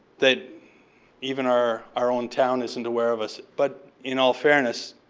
that even our our own town isn't aware of us. but in all fairness,